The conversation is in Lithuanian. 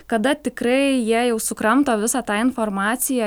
kada tikrai jie jau sukramto visą tą informaciją